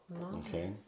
Okay